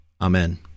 Amen